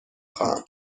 خواهم